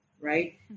Right